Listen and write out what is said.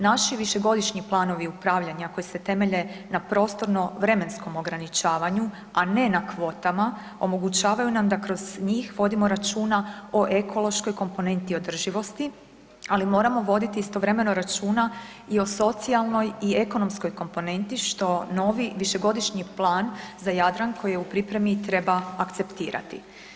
Naši višegodišnji planovi upravljanja koji se temelje na prostorno vremenskom ograničavanju, a ne na kvotama omogućavaju nam da kroz njih vodimo računa o ekološkoj komponenti održivosti, ali moramo voditi istovremeno računa i o socijalnoj i ekonomskoj komponenti što novi višegodišnji plan za Jadran koji je u pripremi treba akceptirati.